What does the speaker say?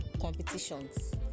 competitions